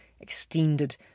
extended